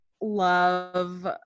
love